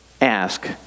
ask